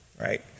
right